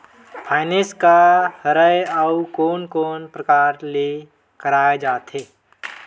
Finance का हरय आऊ कोन कोन प्रकार ले कराये जाथे?